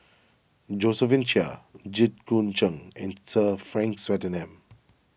Josephine Chia Jit Koon Ch'ng and Sir Frank Swettenham